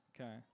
okay